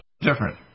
different